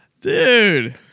Dude